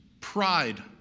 pride